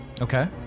Okay